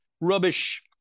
Rubbish